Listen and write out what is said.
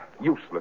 Useless